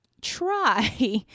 try